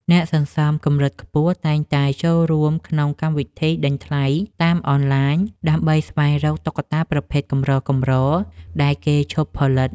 អ្នកសន្សំកម្រិតខ្ពស់តែងតែចូលរួមក្នុងកម្មវិធីដេញថ្លៃតាមអនឡាញ ដើម្បីស្វែងរកតុក្កតាប្រភេទកម្រៗដែលគេឈប់ផលិត។